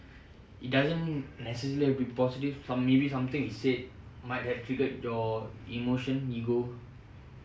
it doesn't necessarily reportedly from maybe something you said might have triggered door emotion ego